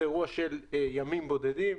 זה אירוע של ימים בודדים,